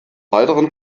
weiteren